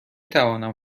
توانم